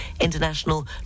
international